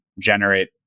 generate